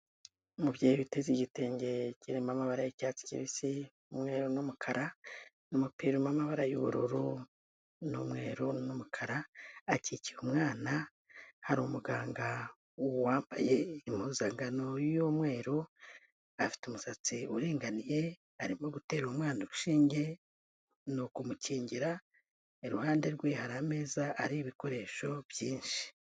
Umubyeyi witeze igitenge kirimo amabara y'icyatsi kibisi, umweru n'umukara, umupira urimo amabara y'ubururu n'umweru n'umukara, akikiye umwana, hari umuganga wambaye impuzagano y'umweru, afite umusatsi uringaniye, arimo gutera umwana urushinge, ni ukumukingira, iruhande rwe hari ameza ariho ibikoresho byinshi.